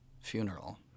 Funeral